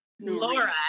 Laura